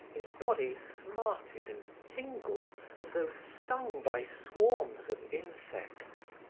his body smarted and tingled as though stung by swarms of insects.